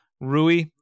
Rui